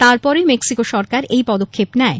তারপরই মেক্সিকো সরকার এই পদক্ষেপ নেয়